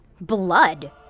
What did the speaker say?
blood